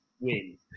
win